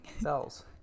Bells